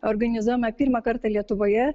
organizuojama pirmą kartą lietuvoje